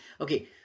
Okay